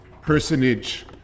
personage